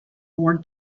more